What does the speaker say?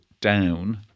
down